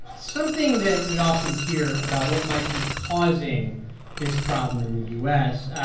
something that we often hear about what might be causing this problem in the u s.